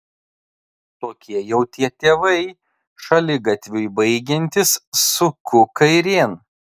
tokie jau tie tėvai šaligatviui baigiantis suku kairėn